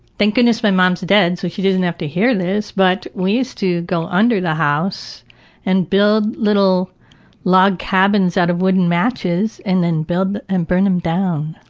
thank goodness my mom's dead, so she doesn't have to hear this, but we used to go under the house and build little log cabins out of wooden matches and then build and then burn them down.